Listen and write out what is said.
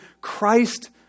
Christ